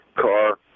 car